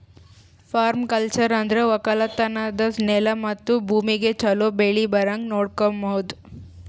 permaculture ಅಂದುರ್ ಒಕ್ಕಲತನದ್ ನೆಲ ಮತ್ತ ಭೂಮಿಗ್ ಛಲೋ ಬೆಳಿ ಬರಂಗ್ ನೊಡಕೋಮದ್